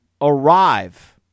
arrive